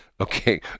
okay